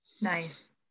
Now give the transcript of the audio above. Nice